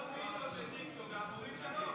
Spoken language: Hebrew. נכנס אדון פיתות וטיקטוק, אנחנו אומרים שלום.